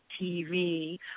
tv